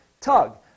tug